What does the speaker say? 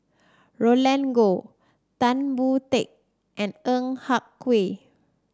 Roland Goh Tan Boon Teik and Ng Yak Whee